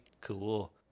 Cool